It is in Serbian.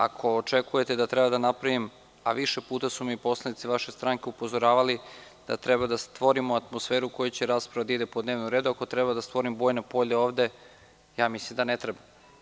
Ako očekujete da trebam da napravim, a više puta su mi poslanici vaše stranke upozoravali, da treba da stvorimo atmosferu u kojoj će rasprava da ide po dnevnom redu, ako treba da stvorim bojno polje ovde, mislim da ne treba.